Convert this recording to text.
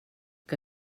que